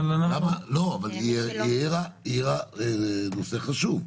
היא העירה נושא חשוב.